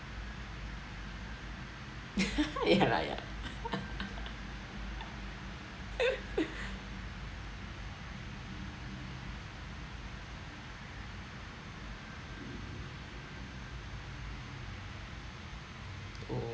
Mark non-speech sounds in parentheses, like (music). (laughs) ya lah ya (laughs) oh